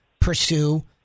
pursue